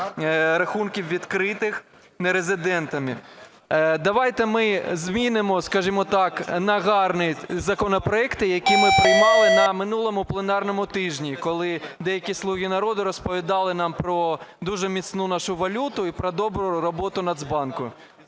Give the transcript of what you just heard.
рахунків, відкритих нерезидентами. Давайте ми змінимо, скажімо так, на гарні законопроекти, які ми приймали на минулому пленарному тижні, коли деякі "слуги народу" розповідали нам про дуже міцну нашу валюту і про добру роботу Нацбанку.